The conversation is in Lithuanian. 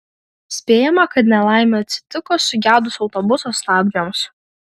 spėjama kad nelaimė atsitiko sugedus autobuso stabdžiams